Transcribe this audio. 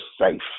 safe